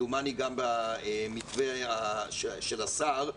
וכמדומני גם במתווה של השר,